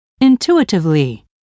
intuitively